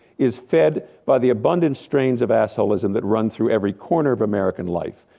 is fed by the abundant strains of assholism that run through every corner of american life.